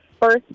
First